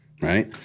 right